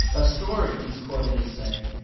a story, he's quoted as saying,